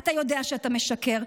אתה יודע שאתה משקר,